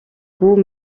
goût